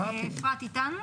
אפרת איתנו?